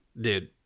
dude